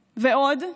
ועוד,